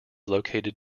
located